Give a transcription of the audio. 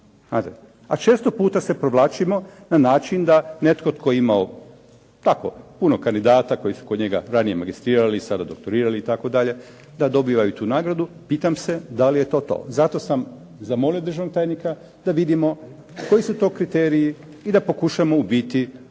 A često puta se provlačimo da netko tko je imao puno kandidata koji su kod njega ranije magistrirali i sada doktorirali da li je to to, zato sam zamolio državnog tajnika da vidimo koji su to kriteriji i da pokušamo ubuduće